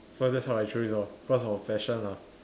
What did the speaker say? so that's how I choose this lor cause of passion ah